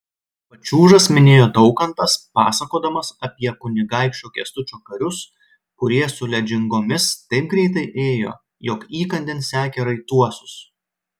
pačiūžas minėjo daukantas pasakodamas apie kunigaikščio kęstučio karius kurie su ledžingomis taip greitai ėjo jog įkandin sekė raituosius